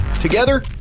Together